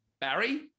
Barry